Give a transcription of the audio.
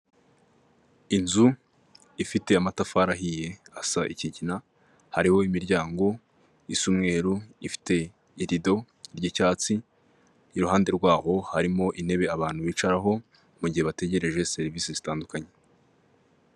Inzu ifite amatafari ahiye asa ikigina, hariho imiryango isa umweru ifite irido ry'icyatsi iruhande rwaho harimo intebe abantu bicaraho mu gihe bategereje serivisi zitandukanye.